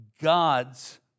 God's